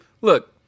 look